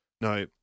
Now